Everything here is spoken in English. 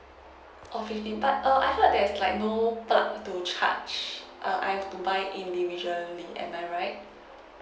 oh fifteen but err I heard there's like no plug to charge err I have to buy it individually am I right